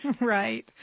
Right